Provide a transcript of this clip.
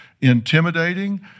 intimidating